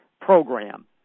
program